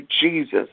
Jesus